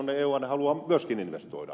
on haluaa myöskin investoida